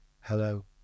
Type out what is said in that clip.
Hello